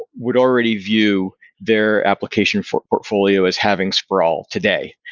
would already view their application for portfolio as having sprawl today.